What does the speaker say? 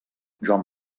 joan